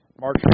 March